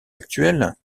actuels